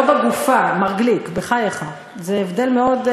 בגוף, לא בגופה, מר גליק, בחייך, זה הבדל מאוד,